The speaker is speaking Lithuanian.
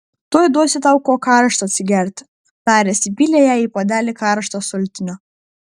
tuoj duosiu tau ko karšto atsigerti taręs įpylė jai į puodelį karšto sultinio